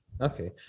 Okay